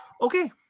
okay